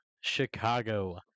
Chicago